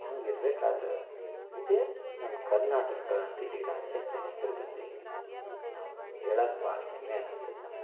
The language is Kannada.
ಹಂಗೆ ಇರ್ಬೇಕಾದ್ರೆ ಇದೇ ನಮ್ಮ ಕರ್ನಾಟಕ ಅಂತ ಇಡೀ ರಾಜ್ಯಕ್ಕೆ ಹೆಸ್ರು ಬಂದೈತಿ ಅಂತ ನಾವು ಹೇಳೋಕೆ ಭಾಳ ಹೆಮ್ಮೆ ಅನ್ನಿಸ್ತೈತಿ ನಮ್ಗೆ